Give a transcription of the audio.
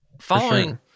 Following